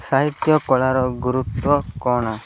ସାହିତ୍ୟ କଳାର ଗୁରୁତ୍ୱ କ'ଣ